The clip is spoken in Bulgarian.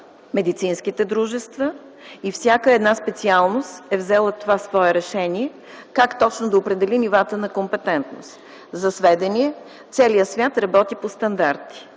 медицинските дружества. Всяка специалност е взела своето решение как да определи нивата на компетентност. За сведение – целият свят работи по стандарти.